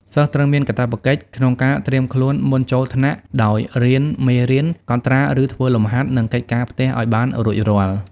សិស្សត្រូវមានកាតព្វកិច្ចក្នុងការត្រៀមខ្លួនមុនចូលថ្នាក់ដោយ រៀនមេរៀន កត់ត្រាឫធ្វើលំហាត់និងកិច្ចការផ្ទះឱ្យបានរួចរាល់។